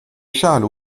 châle